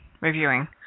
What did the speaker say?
reviewing